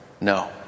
No